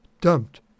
dumped